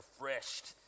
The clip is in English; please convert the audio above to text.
refreshed